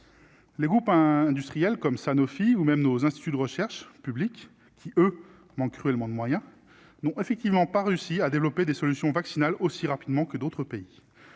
les groupes industriels comme Sanofi ou même nos instituts de recherche publique qui, eux, manquent cruellement de moyens non effectivement pas réussi à développer des solutions vaccinales aussi rapidement que d'autres pays,